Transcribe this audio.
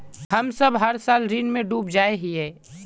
हम सब हर साल ऋण में डूब जाए हीये?